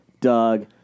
Doug